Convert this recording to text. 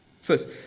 First